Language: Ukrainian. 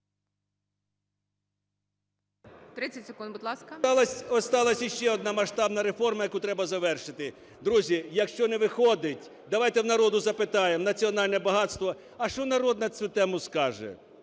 Осталась ще одна масштабна реформа, яку треба завершити. Друзі, якщо не виходить, давайте в народу запитаємо: національне багатство – а що народ на цю тему скаже.